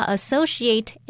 Associate